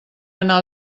anar